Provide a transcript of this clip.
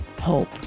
hope